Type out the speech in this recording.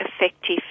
effective